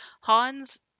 Hans